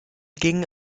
ging